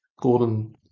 Gordon